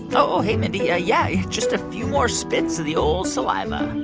oh, hey, mindy. ah yeah, yeah just a few more spits of the old saliva